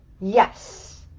yes